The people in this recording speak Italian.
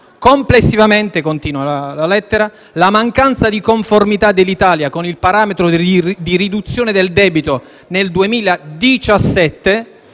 «complessivamente, la mancanza di conformità dell'Italia con il parametro di riduzione del debito nel 2017